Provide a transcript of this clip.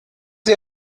sie